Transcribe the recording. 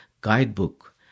guidebook